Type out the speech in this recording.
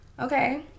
okay